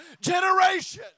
generation